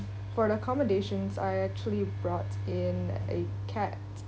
for the accommodations I actually brought in a cat